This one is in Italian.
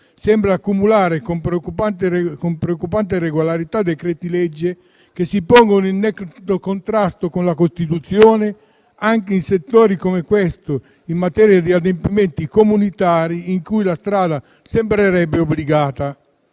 sembra accumulare con preoccupante regolarità decreti-legge che si pongono in netto contrasto con la Costituzione anche in settori come questo, in materia di adempimenti comunitari, in cui la strada sembrerebbe obbligata.